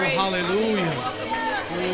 hallelujah